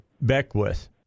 Beckwith